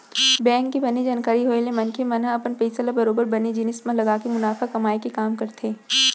bank के बने जानकारी होय ले मनखे मन ह अपन पइसा ल बरोबर बने जिनिस म लगाके मुनाफा कमाए के काम करथे